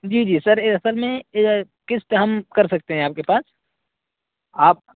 جی جی سر یہ اصل میں یہ قسط ہم کر سکتے ہیں آپ کے پاس آپ